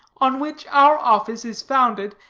on which our office is founded,